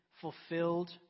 fulfilled